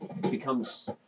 becomes